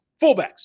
fullbacks